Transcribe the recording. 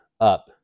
up